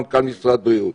מנכ"ל משרד הבריאות.